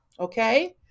Okay